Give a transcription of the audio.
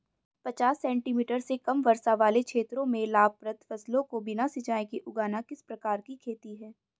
पचास सेंटीमीटर से कम वर्षा वाले क्षेत्रों में लाभप्रद फसलों को बिना सिंचाई के उगाना किस प्रकार की खेती है?